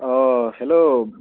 অঁ হেল্ল'